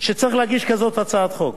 הצעת חוק